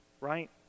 right